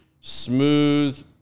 smooth